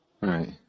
right